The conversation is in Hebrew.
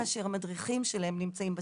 כאשר המדריכים שלהם נמצאים בטלפון.